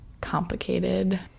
complicated